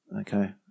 Okay